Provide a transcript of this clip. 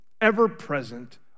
ever-present